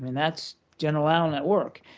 and that's general allen at work.